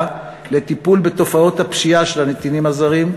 לטיפול בתופעות הפשיעה של הנתינים הזרים,